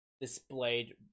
displayed